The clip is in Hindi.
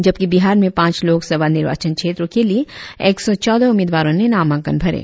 जबकि बिहार में पांच लोकसभा निर्वाचन क्षेत्रो के लिए एक सौ चौदह उम्मीदवारों ने नामांकन पत्र भरे